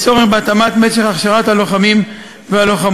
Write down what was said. יש צורך בהתאמת משך הכשרת הלוחמים והלוחמות.